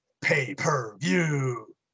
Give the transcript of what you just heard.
Pay-Per-View